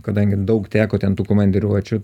kadangi daug teko ten tų komandiruočių